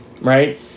right